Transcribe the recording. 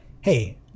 Hey